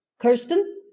Kirsten